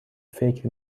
فکر